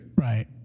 right